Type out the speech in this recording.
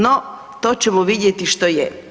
No, to ćemo vidjeti što je.